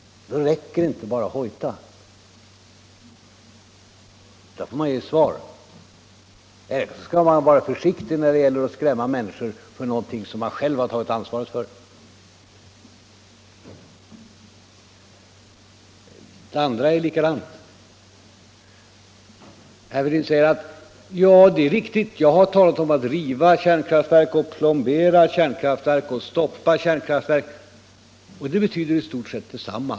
Då räcker det inte att hojta — då får man ge ett svar. Eller också får man vara försiktig med att skrämma människor för någonting som man själv tar ansvaret för. Likadant är det på den andra punkten. Herr Fälldin säger att det är riktigt att han talat om att riva kärnkraftverk, plombera kärnkraftverk och stoppa kärnkraftverk — och allt detta betyder i stort sett detsamma.